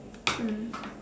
mm